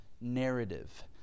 narrative